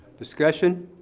discussion.